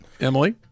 emily